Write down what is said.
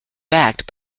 backed